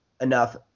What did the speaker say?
enough